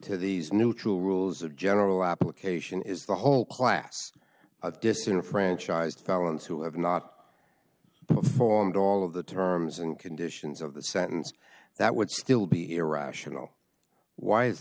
to these new true rules of general application is the whole class of disenfranchised felons who have not formed all of the terms and conditions of the sentence that would still be irrational why is